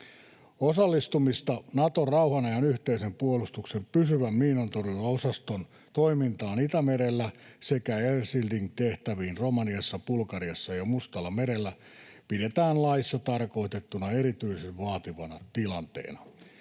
Osallistumista Naton rauhanajan yhteisen puolustuksen pysyvän miinantorjuntaosaston toimintaan Itämerellä sekä air shielding ‑tehtäviin Romaniassa, Bulgariassa ja Mustallamerellä pidetään laissa tarkoitettuna erityisen vaativana tilanteena.